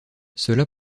cela